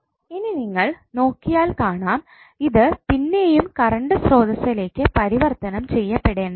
ഇനി നിങ്ങൾ നോക്കിയാൽ കാണാം ഇത് പിന്നെയും കറണ്ട് സ്രോതസ്സസിലേക് പരിവർത്തനം ചെയ്യപ്പെടേണ്ടതാണ്